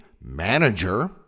manager